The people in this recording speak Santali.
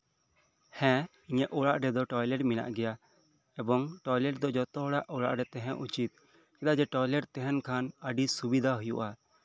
ᱦᱮᱸ ᱤᱧᱟᱹᱜ ᱚᱲᱟᱜ ᱨᱮᱫᱚ ᱴᱚᱭᱞᱮᱴ ᱢᱮᱱᱟᱜ ᱜᱮᱭᱟ ᱮᱵᱚᱝ ᱴᱚᱭᱞᱮᱴ ᱫᱚ ᱡᱚᱛᱚ ᱦᱚᱲᱟᱜ ᱚᱲᱟᱜᱨᱮ ᱛᱟᱸᱦᱮᱱ ᱩᱪᱤᱛ ᱪᱮᱫᱟᱜ ᱡᱮ ᱴᱚᱭᱞᱮᱴ ᱛᱟᱸᱦᱮᱱ ᱠᱷᱟᱱ ᱟᱹᱰᱤ ᱥᱩᱵᱤᱫᱷᱟ ᱦᱩᱭᱩᱜᱼᱟ